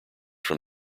from